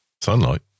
Sunlight